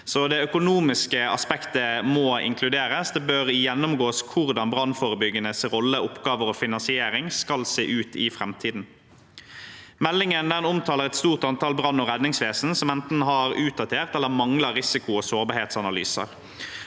Det økonomiske aspektet må inkluderes. Det bør gjennomgås hvordan brannforebyggeres rolle, oppgaver og finansiering skal se ut i framtiden. Meldingen omtaler et stort antall av brann- og redningsvesen som har enten utdatert eller manglende risiko- og sårbarhetsanalyser.